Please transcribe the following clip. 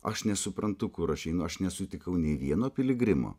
aš nesuprantu kur aš einu aš nesutikau nei vieno piligrimo